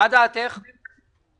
000 שקל בשנה --- אני אביא את כל הדוחות,